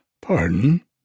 Pardon